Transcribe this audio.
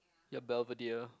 ya Belvedere